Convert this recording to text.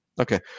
Okay